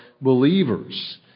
believers